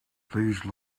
please